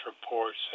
reports